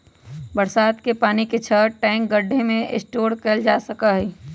बरसात के पानी के छत, टैंक, गढ्ढे में स्टोर कइल जा सका हई